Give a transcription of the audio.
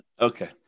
okay